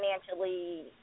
financially